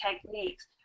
techniques